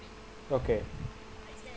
okay